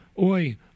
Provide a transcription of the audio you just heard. Oi